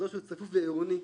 אזור שהוא צפוף ועירוני,